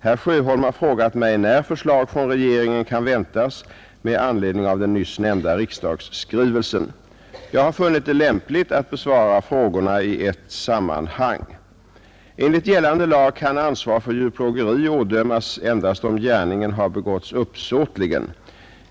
Herr Sjöholm har frågat mig när förslag från regeringen kan väntas med Jag har funnit det lämpligt att besvara frågorna i ett sammanhang. Enligt gällande lag kan ansvar för djurplågeri ådömas endast om gärningen har begåtts uppsåtligen.